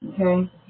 Okay